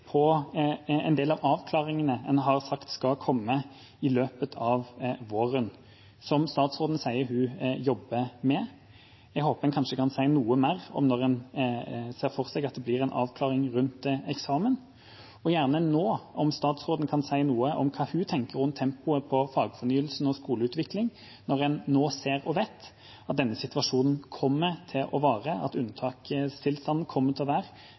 en del av avklaringene en har sagt skal komme i løpet av våren, og som statsråden sier hun jobber med. Jeg håper en kanskje kan si noe mer om når en ser for seg at det blir en avklaring rundt eksamen. Jeg vil gjerne at statsråden nå kan si noe om hva hun tenker om tempoet på fagfornyelsen og skoleutvikling, når en nå ser og vet at denne situasjonen kommer til å vare, at unntakstilstanden kommer til å